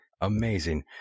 Amazing